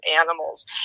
animals